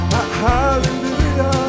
Hallelujah